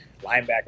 linebacker